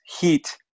heat